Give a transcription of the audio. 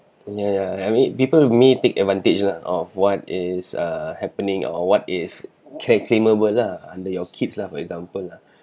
ya ya I mean people who may take advantage ah of what is uh happening or what is c~ claimable lah under your kids lah for example lah